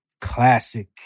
Classic